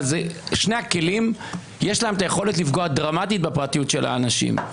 אבל לשני הכלים יש יכולת לפגוע דרמטית בפרטיות של האנשים.